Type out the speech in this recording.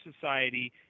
society